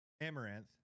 Amaranth